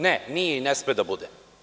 Ne, nije i ne sme da bude.